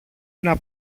ένα